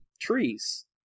trees